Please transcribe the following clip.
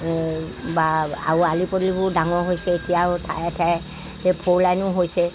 বা আৰু আলি পদূলিবোৰ ডাঙৰ হৈছে এতিয়াও ঠায়ে ঠায়ে সেই ফ'ৰ লাইনো হৈছে